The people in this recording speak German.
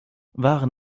waren